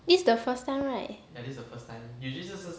this is the first time right